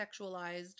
sexualized